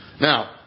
Now